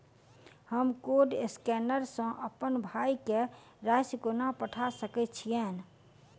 हम code scanner सँ अप्पन भाय केँ राशि कोना पठा सकैत छियैन?